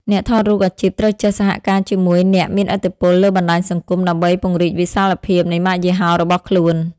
អ្នកថតរូបអាជីពត្រូវចេះសហការជាមួយអ្នកមានឥទ្ធិពលលើបណ្ដាញសង្គម ដើម្បីពង្រីកវិសាលភាពនៃម៉ាកយីហោរបស់ខ្លួន។